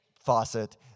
faucet